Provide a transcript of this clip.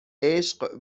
عشق